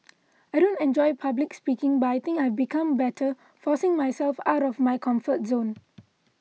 I don't enjoy public speaking but I think I've become better forcing myself out of my comfort zone